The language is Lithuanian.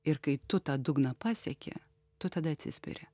ir kai tu tą dugną pasieki tu tada atsispiri